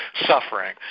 suffering